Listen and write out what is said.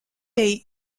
est